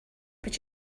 would